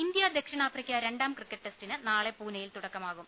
India ദക്ഷിണാഫ്രിക്ക രണ്ടാം cricket ടെസ്റ്റിന് നാളെ പൂനെ യിൽ തുടക്കമാകും